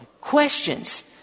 Questions